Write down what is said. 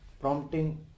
prompting